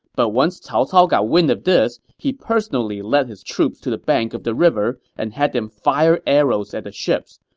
but once cao cao got wind of this, he personally led his troops to the bank of the river and had them fire arrows at the ships.